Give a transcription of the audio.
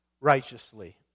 righteously